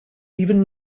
even